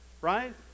right